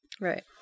right